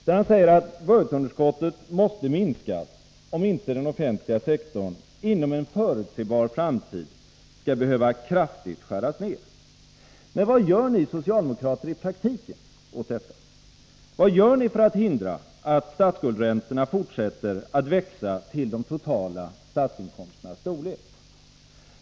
Där säger han att budgetunderskottet måste minskas, om inte den offentliga sektorn inom en förutsebar framtid skall behöva skäras ned kraftigt. Men vad gör ni socialdemokrater i praktiken åt detta? Vad gör ni för att hindra att statsskuldsräntorna fortsätter att växa till de totala statsinkomsternassstorlek?